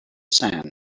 sand